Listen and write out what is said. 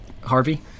Harvey